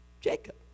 Jacob